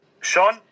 Sean